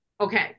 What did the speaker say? Okay